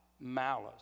malice